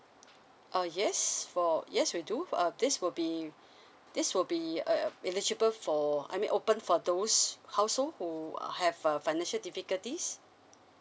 uh yes for yes we do uh this will be this will be uh uh eligibile for I mean open for those household who uh have a financial difficulties